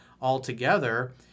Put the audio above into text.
altogether